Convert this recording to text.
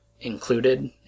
included